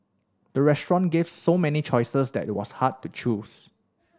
the restaurant gave so many choices that it was hard to choose